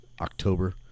October